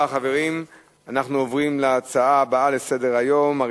עוברים להצעה הבאה לסדר-היום שמספרה 3839,